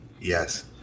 Yes